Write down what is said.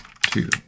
Two